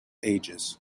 ages